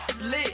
lit